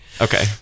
Okay